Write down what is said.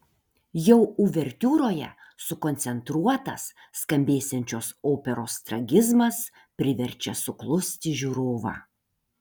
jau uvertiūroje sukoncentruotas skambėsiančios operos tragizmas priverčia suklusti žiūrovą